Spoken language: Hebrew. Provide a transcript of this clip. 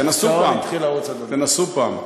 תנסו פעם.